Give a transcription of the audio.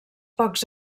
pocs